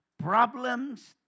Problems